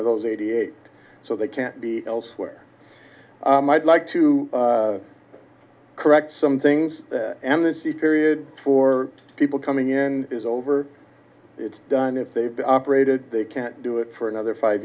of those eighty eight so they can't be elsewhere i'd like to correct some things annecy period for people coming in is over it's done if they operated they can't do it for another five